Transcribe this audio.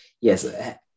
Yes